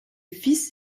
fils